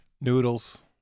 Noodles